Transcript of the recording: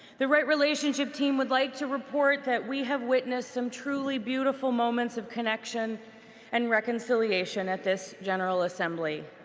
the right relationship team would like to report that we have witnessed some truly beautiful moments of connection and reconciliation at this general assembly.